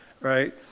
Right